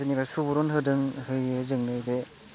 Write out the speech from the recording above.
धोरोमनिफ्राय सुबुरुन होदों होयो जोंनो बे